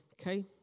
Okay